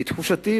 תחושתי,